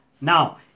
Now